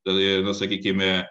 ten eina sakykime